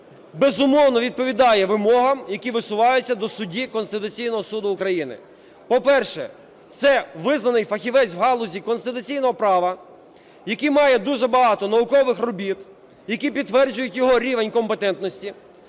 безумовно, відповідає вимогам, які висуваються до судді Конституційного Суду України. По-перше, це визнаний фахівець в галузі конституційного права, який має дуже багато наукових робіт, які підтверджують його рівень компетентності.